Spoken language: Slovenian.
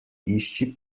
išči